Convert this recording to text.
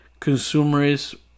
consumerist